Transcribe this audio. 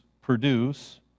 produce